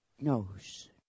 knows